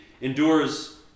endures